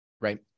right